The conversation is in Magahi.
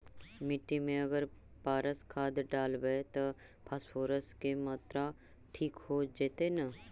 मिट्टी में अगर पारस खाद डालबै त फास्फोरस के माऋआ ठिक हो जितै न?